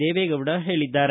ದೇವೆಗೌಡ ಹೇಳಿದ್ದಾರೆ